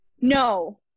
no